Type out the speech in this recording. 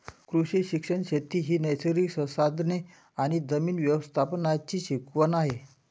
कृषी शिक्षण शेती ही नैसर्गिक संसाधने आणि जमीन व्यवस्थापनाची शिकवण आहे